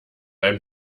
ein